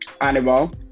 Animal